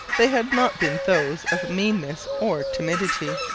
they had not been those of meanness or timidity.